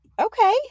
Okay